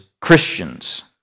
Christians